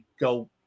go